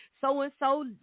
so-and-so